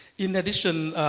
in addition,